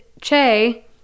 Che